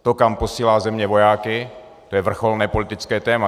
To, kam posílá země vojáky, to je vrcholné politické téma.